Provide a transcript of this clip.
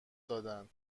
دادن